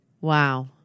Wow